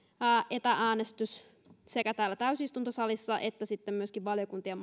etä äänestys sekä täällä täysistuntosalissa että sitten myöskin valiokuntien